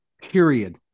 period